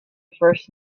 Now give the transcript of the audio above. first